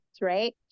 right